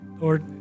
Lord